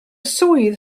swydd